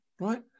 Right